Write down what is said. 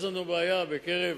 יש לנו בעיה בקרב